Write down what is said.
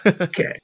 okay